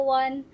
one